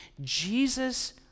Jesus